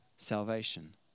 Salvation